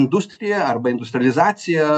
industrija arba industrializacija